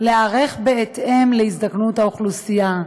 להיערך בהתאם להזדקנות האוכלוסייה.